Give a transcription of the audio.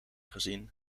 gezien